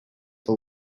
the